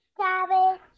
cabbage